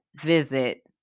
visit